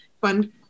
fun